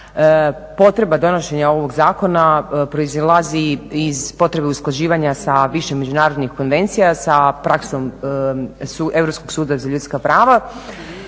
potreba donošenja ovog zakona proizlazi iz potrebe usklađivanja sa više međunarodnih konvencija, sa praksom Europskog suda za ljudska prava